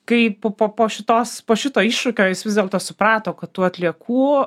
kai po po po šitos po šito iššūkio jis vis dėlto suprato kad tų atliekų